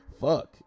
Fuck